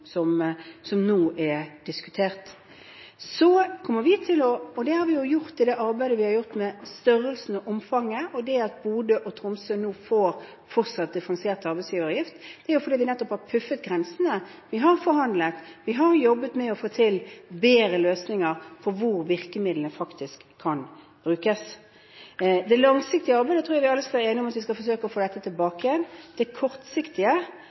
nå er diskutert. Og det har vi jo gjort i arbeidet med størrelsen og omfanget og det at Bodø og Tromsø nå får fortsatt differensiert arbeidsgiveravgift. Det er jo nettopp fordi vi har flyttet grensene – vi har forhandlet, vi har jobbet med å få til bedre løsninger for hvor virkemidlene faktisk kan brukes. Når det gjelder det langsiktige arbeidet, tror jeg vi alle er enige om at vi skal forsøke å få dette tilbake. Når det gjelder det kortsiktige